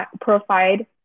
provide